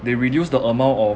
they reduce the amount of